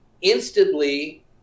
Instantly